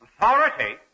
Authority